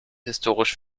historisch